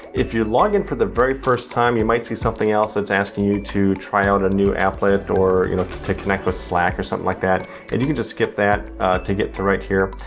if you log in for the very first time, you might see something else that's asking you to try out a new applet or you know to connect with slack, or something like that and you can just skip that to get to right here.